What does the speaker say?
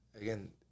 again